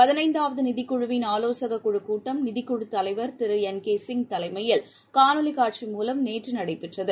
பதினைந்தாவது நிதிக் குழுவின் ஆலோசக குழுக் கூட்டம் நிதிக் குழுத் தலைவர் திரு என் கே சிங் தலைமையில் காணொளி காட்சி மூலம் நேற்று நடைபெற்றது